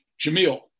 Jamil